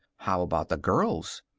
how about the girls?